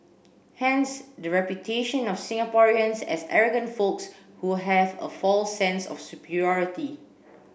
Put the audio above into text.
hence the reputation of Singaporeans as arrogant folks who have a false sense of superiority